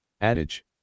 Adage